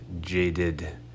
jaded